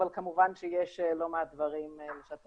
אבל כמובן שיש לא מעט דברים לשתף.